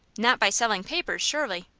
not by selling papers, surely?